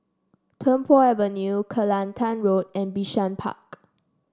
Tung Po Avenue Kelantan Road and Bishan Park